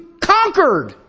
conquered